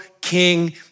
king